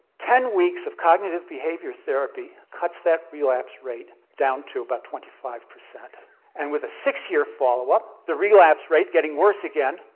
ten weeks of cognitive behaviour therapy cuts that relapse rate down to about twenty five percent and with a six-year follow-up the relapse rate, getting worse again,